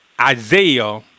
Isaiah